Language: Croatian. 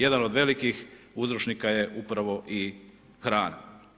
Jedan ov velikih uzročnika je upravo i hrana.